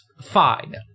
fine